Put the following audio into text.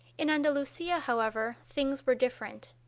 in andalusia, however, things were different.